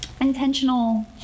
intentional